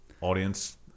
audience